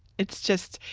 it's just,